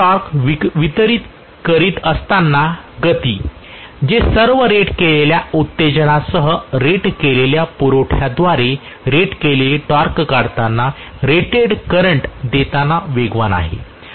rated torque वितरीत करीत असताना गती ते सर्व रेट केलेल्या उत्तेजनासह रेट केलेल्या पुरवठ्याद्वारे रेट केलेले टॉर्क काढतांना रेटेड करंट देताना वेगवान आहे